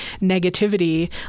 negativity